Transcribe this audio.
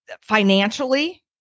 financially